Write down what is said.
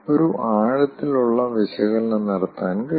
ഒരു ആഴത്തിലുള്ള വിശകലനം നടത്താൻ കഴിയും